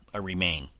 a remain.